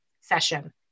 session